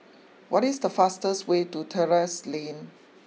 what is the fastest way to Terrasse Lane